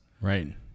right